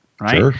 right